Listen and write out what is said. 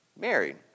married